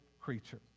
creature